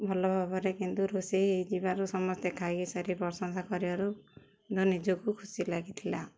ଭଲ ଭାବରେ କିନ୍ତୁ ରୋଷେଇ ହେଇଯିବାରୁ ସମସ୍ତେ ଖାଇସାରି ପ୍ରଶଂସା କରିବାରୁ ମୋ ନିଜକୁ ଖୁସି ଲାଗିଥିଲା